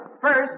first